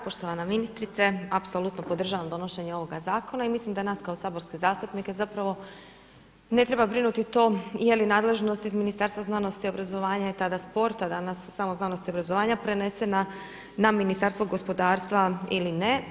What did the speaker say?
Poštovana ministrice, apsolutno podržavam donošenje ovog zakona i mislim da nas kao saborske zastupnike zapravo ne treba brinuti to je li nadležnost iz Ministarstva znanosti i obrazovanja i tada sporta, a danas samo znanosti i obrazovanja, prenesena na Ministarstva gospodarstva ili ne.